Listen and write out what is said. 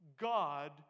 God